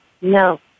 No